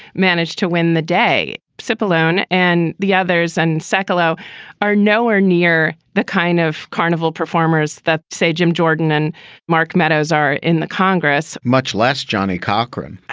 managed to win the day, sip alone, and the others and so ciccolo are nowhere near the kind of carnival performers that say jim jordan and mark meadows are in the congress, much less johnnie cochran.